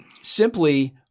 simply